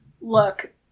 Look